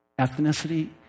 ethnicity